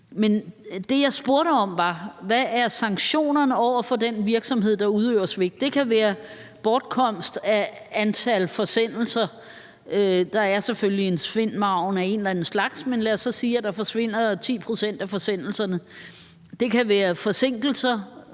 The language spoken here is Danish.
Men det, jeg spurgte om, var, hvad sanktionerne er over for den virksomhed, der udøver svigt. Det kan være bortkomst af et antal forsendelser. Der er selvfølgelig en svindmargen af en eller anden slags, men lad os så sige, at der forsvinder 10 pct. af forsendelserne. Det kan være forsinkelser,